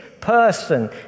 person